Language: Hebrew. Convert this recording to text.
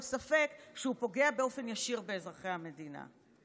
ספק שהוא פוגע באופן ישיר באזרחי המדינה.